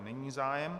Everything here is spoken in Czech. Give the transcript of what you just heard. Není zájem.